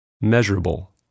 Measurable